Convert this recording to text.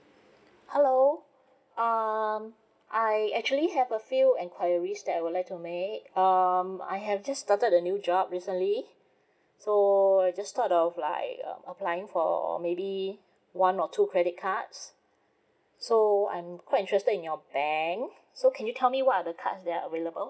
hello um I actually have a few enquiries that I would like to make um I have just started a new job recently so I just thought of like um applying for maybe one or two credit cards so I'm quite interested in your bank so can you tell me what are the cards that are available